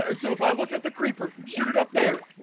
and so if i look at the creeper, shoot it up there